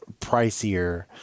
pricier